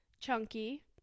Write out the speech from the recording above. chunky